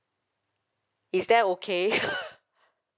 is that okay